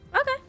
Okay